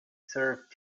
serve